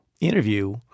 interview